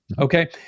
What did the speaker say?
Okay